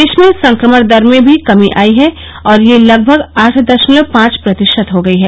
देश में संक्रमण दर में भी कमी आई है और यह लगभग आठ दशमलव पांच प्रतिशत हो गई है